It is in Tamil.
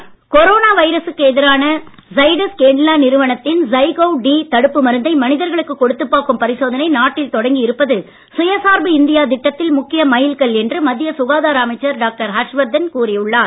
ஹர்ஷ் வர்தன் கொரோனா வைரசுக்கு எதிரான ஸைடஸ் கேடில்லா நிறுவனத்தின் ஜைகோவ் டி தடுப்பு மருந்தை மனிதர்களுக்கு கொடுத்துப் பார்க்கும் பரிசோதனை நாட்டில் தொடங்கி இருப்பது சுயசார்பு இந்தியா திட்டத்தில் முக்கிய மைல் கல் என்று மத்திய சுகாதார அமைச்சர் டாக்டர் ஹர்ஷ வர்தன் கூறி உள்ளார்